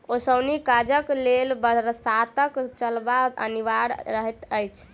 ओसौनी काजक लेल बसातक चलब अनिवार्य रहैत अछि